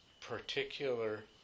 particular